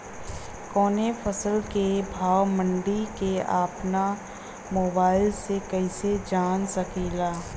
कवनो फसल के भाव मंडी के अपना मोबाइल से कइसे जान सकीला?